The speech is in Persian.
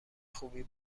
خوبی